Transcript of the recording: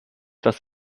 das